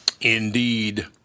Indeed